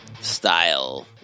style